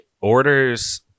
orders